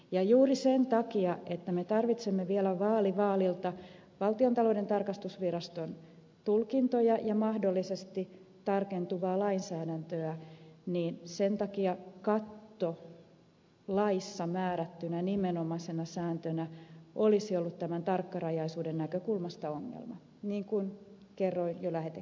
ja juuri sen takia että me tarvitsemme vielä vaali vaalilta valtiontalouden tarkastusviraston tulkintoja ja mahdollisesti tarkentuvaa lainsäädäntöä katto laissa määrättynä nimenomaisena sääntönä olisi ollut tämän tarkkarajaisuuden näkökulmasta ongelma niin kuin kerroin jo lähetekeskustelussa